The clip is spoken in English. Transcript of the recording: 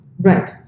Right